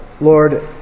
Lord